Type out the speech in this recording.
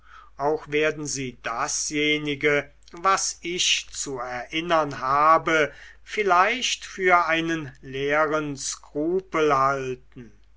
auch werden sie dasjenige was ich zu erinnern habe vielleicht für einen leeren skrupel halten